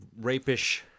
rapish